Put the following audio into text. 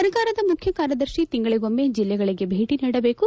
ಸರ್ಕಾರದ ಮುಖ್ಯ ಕಾರ್ಯದರ್ತಿ ತಿಂಗಳಗೊಮ್ಮ ಜಿಲ್ಲೆಗಳಗೆ ಭೇಟ ನೀಡಬೇಕು